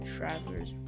Travelers